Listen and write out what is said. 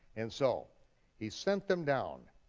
and so he sent them down,